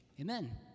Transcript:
Amen